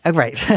and right? yeah